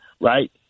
right